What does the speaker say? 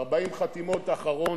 ב-40 חתימות האחרון,